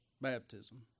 baptism